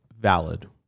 valid